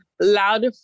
loud